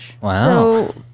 Wow